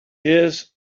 his